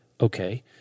Okay